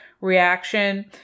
reaction